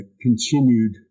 continued